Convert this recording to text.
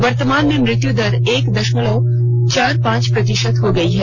वर्तमान में मृत्यु दर एक दशमलव चार पांच प्रतिशत हो गई है